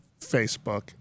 Facebook